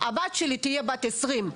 הבת שלי תהיה בת 20,